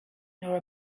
nor